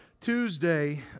Tuesday